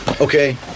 Okay